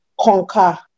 conquer